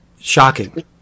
shocking